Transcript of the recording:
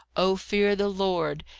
o fear the lord,